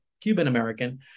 Cuban-American